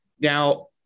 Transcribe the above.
Now